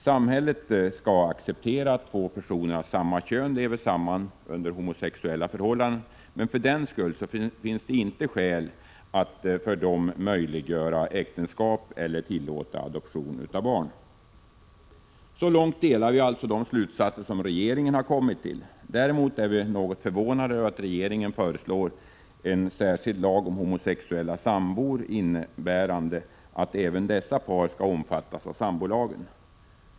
Samhället skall acceptera att två personer av samma kön lever samman under homosexuella förhållanden, men för den skull finns det inte skäl att möjliggöra äktenskap för dem eller att tillåta adoption av barn. Så långt delar vi alltså de slutsatser som regeringen har kommit fram till. Däremot är vi något förvånade över att regeringen föreslår en särskild lag om homosexuella sambor, innebärande att även dessa par skall omfattas av sambolagen.